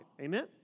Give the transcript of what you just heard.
amen